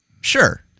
sure